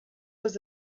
was